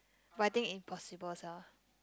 but I think impossible sia